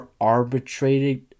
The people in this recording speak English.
Arbitrated